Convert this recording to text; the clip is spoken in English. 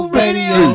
radio